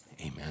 Amen